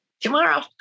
Tomorrow